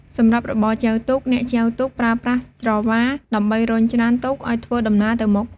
សម្រាប់របរចែវទូក អ្នកចែវទូកប្រើប្រាស់ ច្រវា ដើម្បីរុញច្រានទូកឲ្យធ្វើដំណើរទៅមុខ។